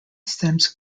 stems